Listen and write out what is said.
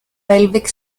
pelvic